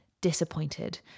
disappointed